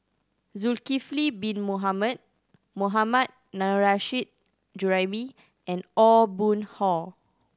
Zulkifli Bin Mohamed Mohammad Nurrasyid Juraimi and Aw Boon Haw